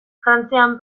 frantzian